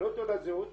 לא תעודת זהות,